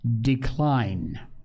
decline